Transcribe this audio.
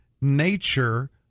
nature